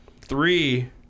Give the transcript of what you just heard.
three